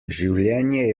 življenje